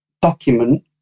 document